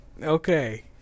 Okay